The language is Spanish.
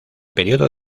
periodo